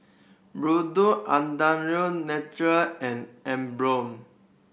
Natural and Emborg